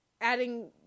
Adding